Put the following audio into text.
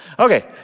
Okay